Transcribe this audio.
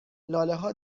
لالهها